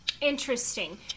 interesting